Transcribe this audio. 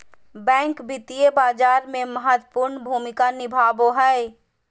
bank वित्तीय बाजार में महत्वपूर्ण भूमिका निभाबो हइ